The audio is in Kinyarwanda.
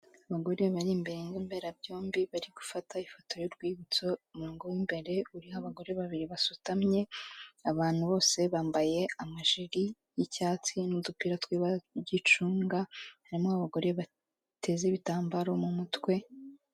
Abagore bari imbere y'imberabyombi bari gufata ifoto y'urwibutso, umurongo w'imbere uriho abagore babiri basutamye, abantu bose bambaye amajiri y'icyatsi n'udupira tw'ibara ry'igicunga, harimo abagore bateze ibitambaro mu mutwe.